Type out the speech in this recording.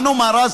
מה נאמר אז?